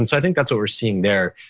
and i think that's what we're seeing there.